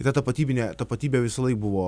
bet tapatybinė tapatybė visąlaik buvo